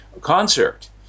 concert